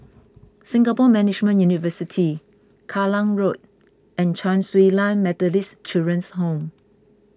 Singapore Management University Kallang Road and Chen Su Lan Methodist Children's Home